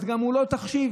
והיא גם לא בתחשיב.